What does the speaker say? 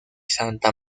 santa